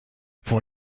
vor